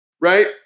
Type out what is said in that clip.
right